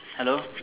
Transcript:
hello